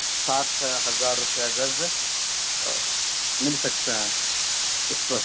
ساٹھ ہزار روپیہ گز مل سکتا ہے اس پر